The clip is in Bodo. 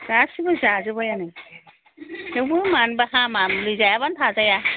गासैबो जाजोबबाय आङो थेवबो मानोबा हामा मुलि जायाबानो थाजाया